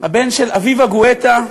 הבן של אביבה גואטה.